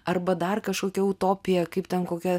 arba dar kažkokia utopija kaip ten kokia